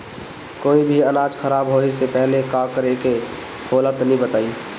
कोई भी अनाज खराब होए से पहले का करेके होला तनी बताई?